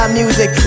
music